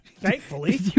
Thankfully